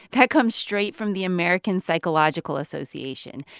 that comes straight from the american psychological association,